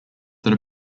that